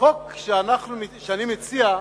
החוק שאני מציע,